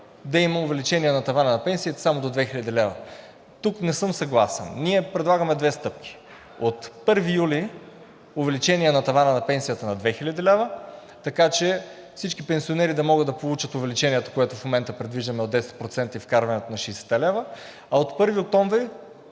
да има увеличение на тавана на пенсиите само до 2000 лв. Тук не съм съгласен. Ние предлагаме две стъпки. От 1 юли увеличение на тавана на пенсията на 2000 лв., така че всички пенсионери да могат да получат увеличението, което в момента предвиждаме от 10% и вкарването на 60 лв., а от 1 октомври